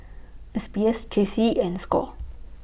S B S J C and SCORE